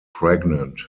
pregnant